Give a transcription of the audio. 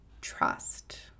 trust